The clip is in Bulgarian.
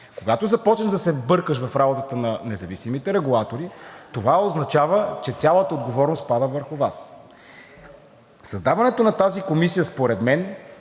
Когато започнеш да се бъркаш в работата на независимите регулатори, това означава, че цялата отговорност пада върху Вас. Създаването на тази комисия според мен